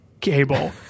cable